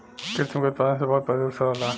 कृत्रिम के उत्पादन से बहुत प्रदुषण होला